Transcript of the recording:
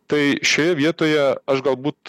tai šioje vietoje aš galbūt